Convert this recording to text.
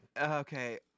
Okay